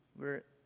we're